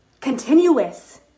continuous